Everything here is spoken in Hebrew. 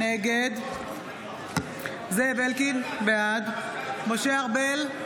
נגד זאב אלקין, בעד משה ארבל,